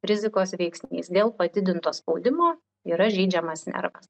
rizikos veiksnys dėl padidinto spaudimo yra žeidžiamas nervas